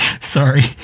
Sorry